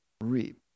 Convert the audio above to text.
reap